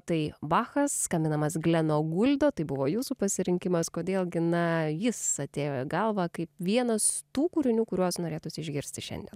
tai bachas skambinamas gleno guldo tai buvo jūsų pasirinkimas kodėl gi na jis atėjo į galvą kaip vienas tų kūrinių kuriuos norėtųsi išgirsti šiandien